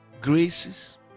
graces